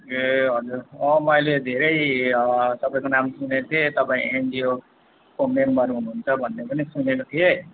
ए हजुर मैले धेरै तपईँको नाम सुनेको थिएँ तपाईँ एनजिओको मेम्बर हुनु हुन्छ भन्ने पनि सुनेको थिएँ